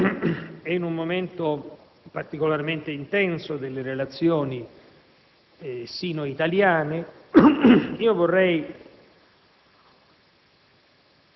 e in un momento particolarmente intenso delle relazioni sino-italiane, vorrei